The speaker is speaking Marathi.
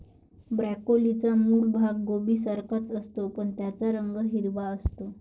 ब्रोकोलीचा मूळ भाग कोबीसारखाच असतो, पण त्याचा रंग हिरवा असतो